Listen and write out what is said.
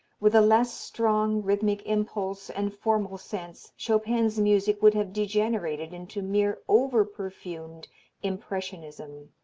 with a less strong rhythmic impulse and formal sense chopin's music would have degenerated into mere overperfumed impressionism.